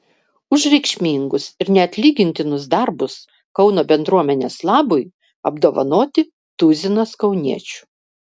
už reikšmingus ir neatlygintinus darbus kauno bendruomenės labui apdovanoti tuzinas kauniečių